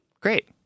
Great